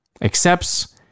accepts